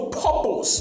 purpose